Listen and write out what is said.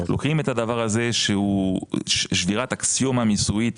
לוקחים את הדבר הזה שהוא שבירת אקסיומה מיסויית